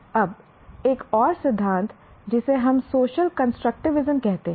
अब एक और सिद्धांत जिसे हम सोशल कंस्ट्रक्टिविज्म कहते हैं